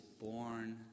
born